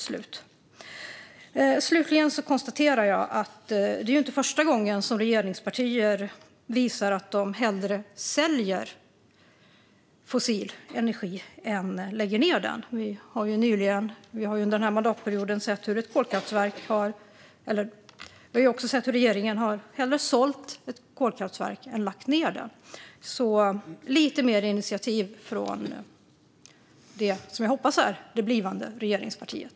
Slutligen konstaterar jag att det inte är första gången regeringspartier hellre säljer fossil energi än lägger ned den. Under denna mandatperiod har regeringen hellre sålt ett kolkraftverk än lagt ned det. Jag vill se lite mer initiativ från det jag hoppas är det blivande regeringspartiet.